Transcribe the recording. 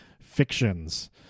fictions